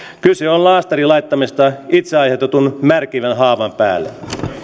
kyse on laastarin laittamisesta itse aiheutetun märkivän haavan päälle